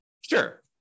Sure